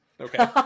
Okay